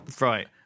Right